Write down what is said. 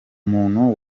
muntu